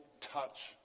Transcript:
touch